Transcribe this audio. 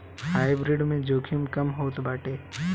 hybrid में जोखिम कम होत बाटे